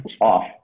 off